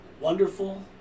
Wonderful